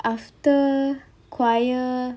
after choir